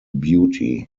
beauty